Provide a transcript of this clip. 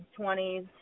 20s